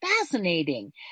fascinating